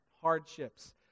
hardships